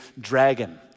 dragon